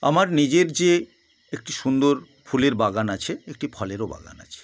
আমার নিজের যে একটি সুন্দর ফুলের বাগান আছে একটি ফলেরও বাগান আছে